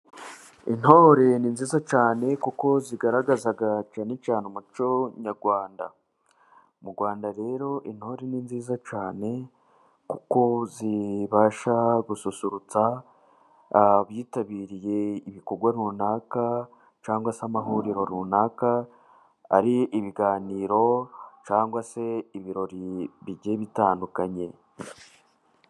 Intore ni nziza cyane kuko zigaragaza cyane umuco nyarwanda. Mu Rwanda rero intore ni nziza cyane kuko zibasha gususurutsa abitabiriye ibikorwa runaka cyangwa se amahuriro runaka, ari ibiganiro cyangwa se ibirori bigiye bitandukanye.